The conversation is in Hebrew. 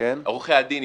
עורכי הדין,